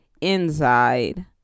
inside